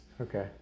okay